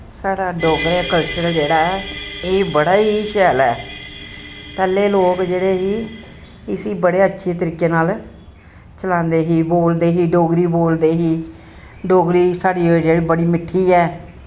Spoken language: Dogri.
साढ़ा डोगरा कल्चर जेह्ड़ा ऐ एह् बड़ा ही शैल ऐ पैह्ले लोक जेह्ड़े ही इस्सी बड़े अच्छे तरीके नाल चलांदे ही बोलदे ही डोगरी बोलदे ही डोगरी साढ़ी जेह्ड़ी बड़ी मिट्ठी ऐ